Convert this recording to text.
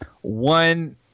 one